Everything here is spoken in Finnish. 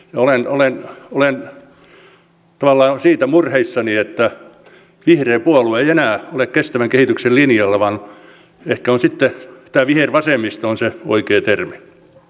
olen tavallaan siitä murheissani että vihreä puolue ei enää ole kestävän kehityksen linjoilla vaan ehkä sitten tämä vihervasemmisto on se oikea termi